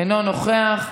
אינו נוכח,